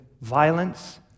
violence